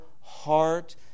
heart